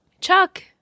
Chuck